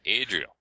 Adriel